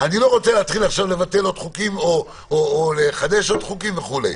אני לא רוצה להתחיל עכשיו לבטל עוד חוקים או לחדש עוד חוקים וכו'.